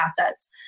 assets